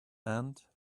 and